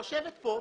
שנציגיה יושבים פה,